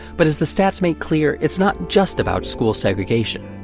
but as the stats make clear, it's not just about school segregation.